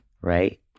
Right